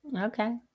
Okay